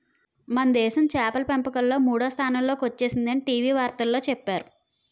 మనదేశం చేపల పెంపకంలో మూడో స్థానంలో కొచ్చేసిందని టీ.వి వార్తల్లో చెప్పేరు